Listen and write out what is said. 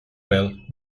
well